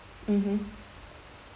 mmhmm